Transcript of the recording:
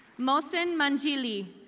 mosen mantilee,